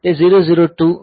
તે 002b છે